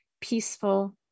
peaceful